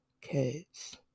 kids